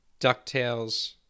DuckTales